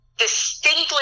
Distinctly